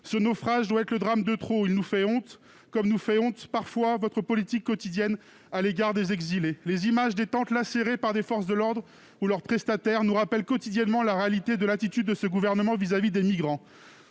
Ce naufrage doit être considéré comme le drame de trop. Il nous fait honte, comme nous fait honte, parfois, votre politique quotidienne à l'égard des exilés. Les images des tentes lacérées par des forces de l'ordre ou leurs prestataires nous rappellent quotidiennement la réalité de l'attitude de ce gouvernement vis-à-vis des migrants.